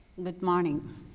good morning